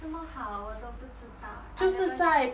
这么好我都不知道 eh I never try